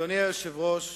אדוני היושב-ראש,